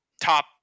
top